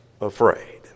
afraid